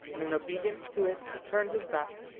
and in obedience to it he turned his back,